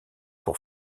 pour